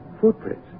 Footprints